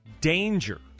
danger